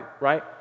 right